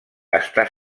està